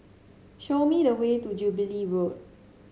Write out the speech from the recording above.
show me the way to Jubilee Road